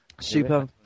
Super